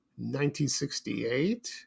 1968